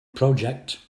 project